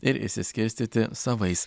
ir išsiskirstyti savais